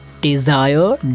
desire